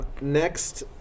Next